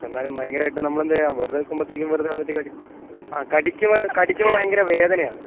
എന്നാലും ഭയങ്കരമായിട്ട് നമ്മൾ എന്ത് ചെയ്യുക വെറുതെ നിൽക്കുമ്പോഴത്തേക്കും വെറുതെ വന്നിട്ട് കടിക്കുക ആ കടിക്കുമ്പോൾ കടിക്കുമ്പം ഭയങ്കര വേദനയാണ്